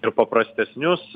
ir paprastesnius